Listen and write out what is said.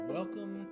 Welcome